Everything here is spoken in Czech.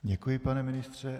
Děkuji, pane ministře.